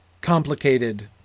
complicated